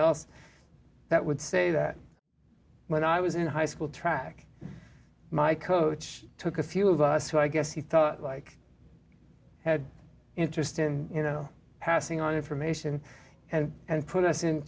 else that would say that when i was in high school track my coach took a few of us who i guess he thought like i had interest in you know passing on information and put us in